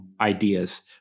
ideas